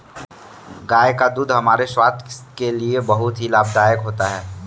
गाय का दूध हमारे स्वास्थ्य के लिए बहुत ही लाभदायक होता है